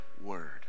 word